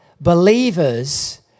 believers